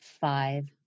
five